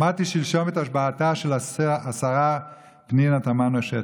שמעתי שלשום את השבעתה של השרה פנינה תמנו שטה,